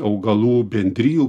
augalų bendrijų